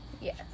Yes